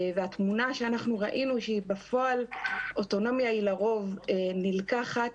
והתמונה שאנחנו ראינו היא שבפועל אוטונומיה היא לרוב נלקחת,